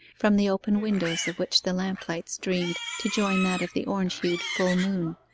from the open windows of which the lamp-light streamed to join that of the orange-hued full moon,